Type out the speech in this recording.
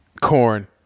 corn